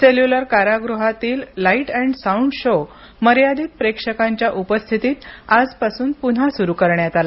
cellular कारागृहातील light and sound show मर्यादित प्रेक्षकांच्या उपस्थितीत आजपासून पुन्हा सुरू करण्यात आला